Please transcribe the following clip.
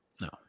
no